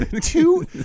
two